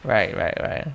right right right